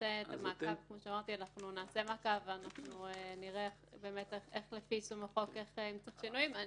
כמו שאמרתי נעשה מעקב ונראה לפי יישום החוק אם צריך שינויים.